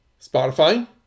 Spotify